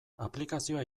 aplikazioa